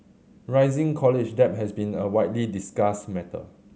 rising college debt has been a widely discussed matter